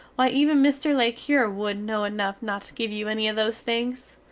why even mr. le cure wood no enuf not to give you enny of those things.